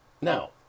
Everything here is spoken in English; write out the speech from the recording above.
now